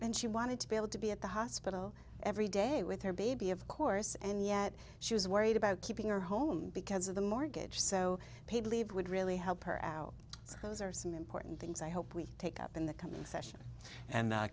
and she wanted to be able to be at the hospital every day with her baby of course and yet she was worried about keeping her home because of the mortgage so paid leave would really help her out so those are some important things i hope we take up in the coming session and